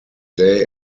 day